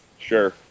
Sure